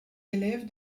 élèves